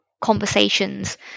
conversations